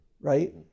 right